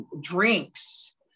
drinks